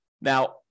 Now